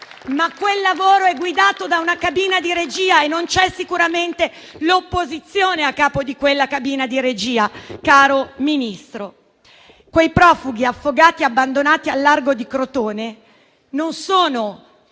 Ma quel lavoro è guidato da una cabina di regia e non c'è sicuramente l'opposizione a capo di quella cabina di regia, caro Ministro. Quei profughi affogati e abbandonati al largo di Crotone non sono